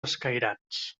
escairats